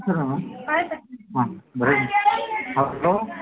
hello